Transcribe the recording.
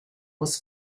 was